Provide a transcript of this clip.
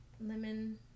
lemon